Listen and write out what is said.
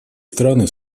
страны